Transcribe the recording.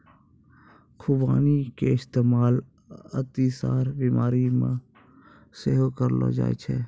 खुबानी के इस्तेमाल अतिसार बिमारी मे सेहो करलो जाय छै